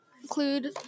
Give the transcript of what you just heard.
include